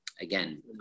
again